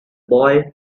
boy